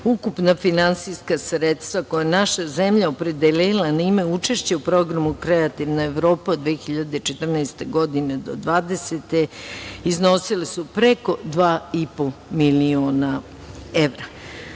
Evrope. Ukupna finansijska sredstava koja je naša zemlja opredelila na ime učešća u programu Kreativna Evropa od 2014. godine do 2020. godine iznosile su preko dva i po miliona evra.